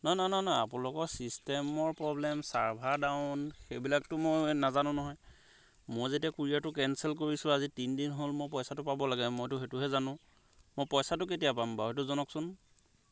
নহয় নহয় নহয় নহয় আপোনালোকৰ ছিষ্টেমৰ প্ৰব্লেম ছাৰ্ভাৰ ডাউন সেইবিলাকটো মই নাজানো নহয় মই যেতিয়া কোৰিয়াৰটো কেনচেল কৰিছোঁ আজি তিনি দিন হ'ল মই পইচাটো পাব লাগে মইটো সেইটোহে জানো মই পইচাটো কেতিয়া পাম বাৰু সেইটো জনাওকচোন